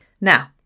Now